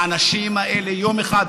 האנשים האלה יום אחד,